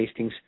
tastings